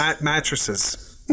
mattresses